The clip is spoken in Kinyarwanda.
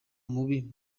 mubi